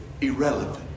irrelevant